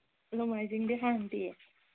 ꯅꯣꯡꯃꯥꯏꯖꯤꯡꯗꯤ ꯍꯥꯡꯗꯦꯌꯦ